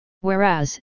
Whereas